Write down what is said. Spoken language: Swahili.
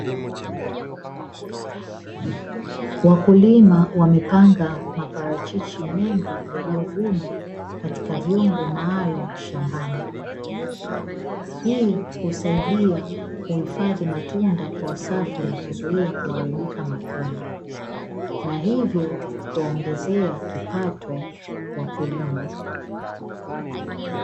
Wakulima wamepanga maparachichi mengi yaliyovunwa katika vyombo maalumu shambani, hii husaidia uhifadhi matunda kwa usafi na kuzuia kuharibika mapema na hivyo huwaongezea kipato wakulima.